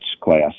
class